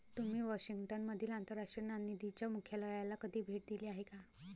तुम्ही वॉशिंग्टन मधील आंतरराष्ट्रीय नाणेनिधीच्या मुख्यालयाला कधी भेट दिली आहे का?